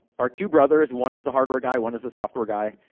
are two brothers. one is the hardware guy, one is the software guy.